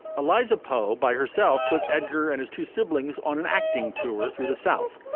eliza poe by herself took edgar and his two siblings on an acting tour through the south.